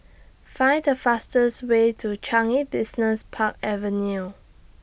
Find The fastest Way to Changi Business Park Avenue